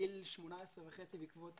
בגיל 18 וחצי, בעקבות